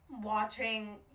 watching